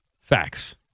Facts